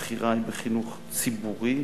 הבחירה היא בחינוך ציבורי.